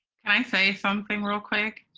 can i say something real quick?